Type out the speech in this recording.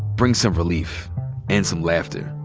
bring some relief and some laughter.